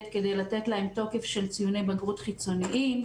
כדי לתת להם תוקף של ציוני בגרות חיצוניים.